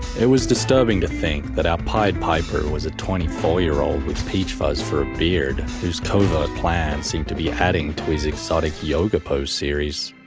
it was disturbing to think that our pied piper was a twenty four year old with peach fuzz for a beard whose covert plan seemed to be adding to his exotic yoga pose series.